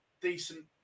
decent